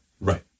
right